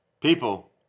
People